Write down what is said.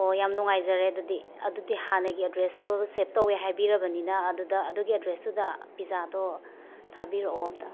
ꯑꯣ ꯌꯥꯝꯅ ꯅꯨꯡꯉꯥꯏꯖꯔꯦ ꯑꯗꯨꯗꯤ ꯑꯗꯨꯗꯤ ꯍꯥꯟꯅꯒꯤ ꯑꯦꯗ꯭ꯔꯦꯁꯇꯣ ꯁꯦꯞ ꯇꯧꯋꯦ ꯍꯥꯏꯕꯤꯔꯕꯅꯤꯅ ꯑꯗꯨꯗ ꯑꯗꯨꯒꯤ ꯑꯦꯗ꯭ꯔꯦꯁꯇꯨꯗ ꯄꯤꯖꯥꯗꯣ ꯊꯥꯕꯤꯔꯛꯑꯣ ꯑꯃꯨꯛꯇ